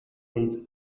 und